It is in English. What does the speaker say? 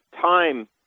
time